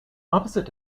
opposite